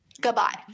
Goodbye